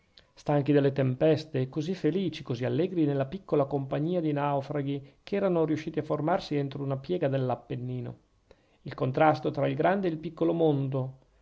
stanchi delle tempeste e così felici così allegri nella piccola compagnia di naufraghi che erano riusciti a formarsi entro una piega dell'appennino il contrasto tra il grande e il piccolo mondo